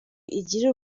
igira